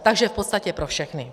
Takže v podstatě pro všechny.